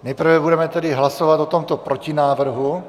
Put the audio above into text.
Nejprve budeme tedy hlasovat o tomto protinávrhu.